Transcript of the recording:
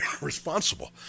responsible